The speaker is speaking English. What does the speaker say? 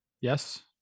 Yes